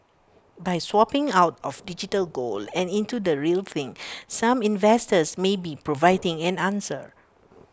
by swapping out of digital gold and into the real thing some investors may be providing an answer